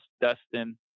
dustin